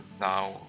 now